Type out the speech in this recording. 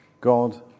God